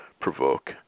provoke